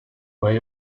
way